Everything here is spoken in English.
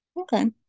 Okay